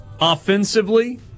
offensively